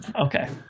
okay